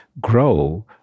grow